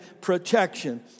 protection